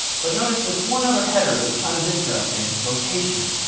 but notice this one other header that's kind of interesting location.